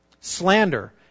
Slander